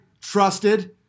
trusted